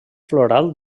floral